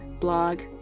blog